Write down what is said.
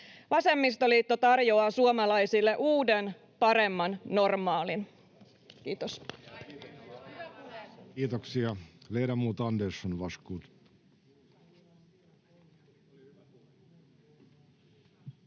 Vasemmistoliitto tarjoaa suomalaisille uuden, paremman normaalin. — Kiitos. Kiitoksia. — Ledamot Andersson, varsågod.